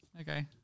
okay